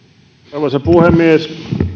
arvoisa puhemies